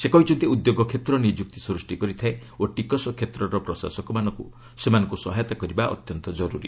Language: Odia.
ସେ କହିଛନ୍ତି ଉଦ୍ୟୋଗ କ୍ଷେତ୍ର ନିଯୁକ୍ତି ସୃଷ୍ଟି କରିଥାଏ ଓ ଟିକସ କ୍ଷେତ୍ରର ପ୍ରଶାସକମାନଙ୍କୁ ସେମାନଙ୍କୁ ସହାୟତା କରିବା ଅତ୍ୟନ୍ତ ଜରୁରି